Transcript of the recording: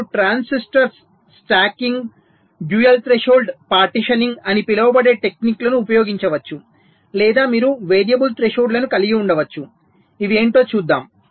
మీరు transistors stacking dual threshold partitioning అని పిలువబడే టెక్నిక్లను ఉపయోగించవచ్చు లేదా మీరు వేరియబుల్ థ్రెషోల్డ్లను కలిగి ఉండవచ్చు ఇవి ఏమిటో చూద్దాం